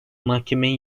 mahkemeye